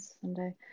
Sunday